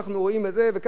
ואם,